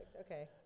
okay